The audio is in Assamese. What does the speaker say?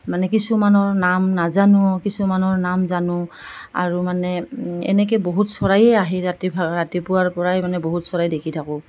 মানে কিছুমানৰ নাম নাজানো কিছুমানৰ নাম জানো আৰু মানে এনেকৈ বহুত চৰাইয়ে আহি ৰাতিপুৱা ৰাতিপুৱাৰ পৰাই মানে বহুত চৰাই দেখি থাকোঁ